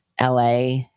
LA